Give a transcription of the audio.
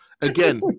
Again